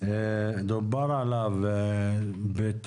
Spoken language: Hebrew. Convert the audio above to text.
דובר עליו,